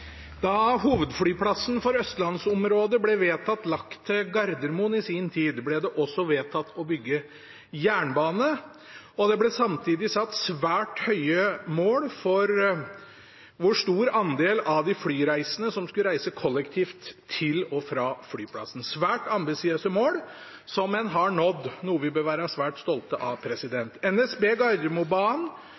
Da hovedflyplassen for østlandsområdet ble vedtatt lagt til Gardermoen i sin tid, ble det også vedtatt å bygge jernbane. Det ble samtidig satt svært høye mål for hvor stor andel av de flyreisende som skulle reise kollektivt til og fra flyplassen, svært ambisiøse mål, som man har nådd – noe vi bør være svært stolte av. NSB Gardermobanen,